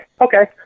okay